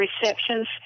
receptions